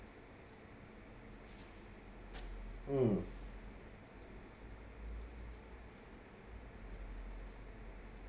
mm